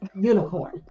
unicorn